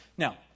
Now